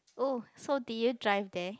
oh so did you drive there